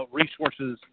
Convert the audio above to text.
resources